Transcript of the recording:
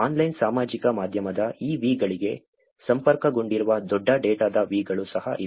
online ಸಾಮಾಜಿಕ ಮಾಧ್ಯಮದ ಈ V ಗಳಿಗೆ ಸಂಪರ್ಕಗೊಂಡಿರುವ ದೊಡ್ಡ ಡೇಟಾದ V ಗಳು ಸಹ ಇವೆ